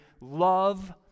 love